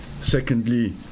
Secondly